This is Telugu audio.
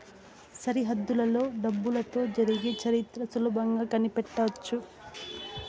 సరిహద్దులలో డబ్బులతో జరిగే చరిత్ర సులభంగా కనిపెట్టవచ్చు